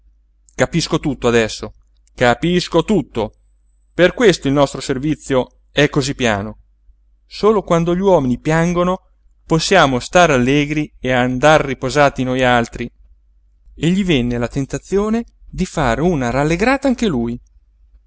capisco tutto adesso capisco tutto per questo il nostro servizio è cosí piano solo quando gli uomini piangono possiamo stare allegri e andar riposati nojaltri e gli venne la tentazione di fare una rallegrata anche lui